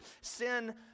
Sin